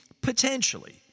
potentially